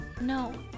No